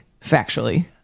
factually